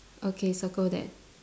okay circle that